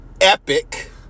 epic